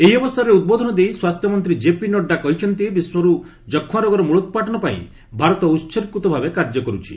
ଏହି ଅବସରରେ ଉଦ୍ବୋଧନ ଦେଇ ସ୍ୱାସ୍ଥ୍ୟମନ୍ତ୍ରୀ କ୍ଷେପି ନଡ୍ଡା କହିଛନ୍ତି ବିଶ୍ୱରୁ ଯକ୍ଷ୍ମାରୋଗର ମୂଳୋତ୍ପାଟନପାଇଁ ଭାରତ ଉତ୍ଗୀକୃତ ଭାବେ କାର୍ଯ୍ୟ କରୁଛି